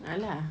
ah lah